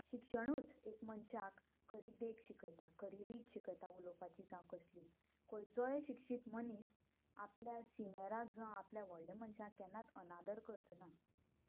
शिक्षणूच एक मनशाक खरी देख शिकयता खरी रीत शिकयता उलोवपाची जावं कसली खंयचोय शिक्षीत मनीस आपल्या सिनियराक जावं आपल्या व्होडल्या मनशाक केन्नाच अनादर करचो ना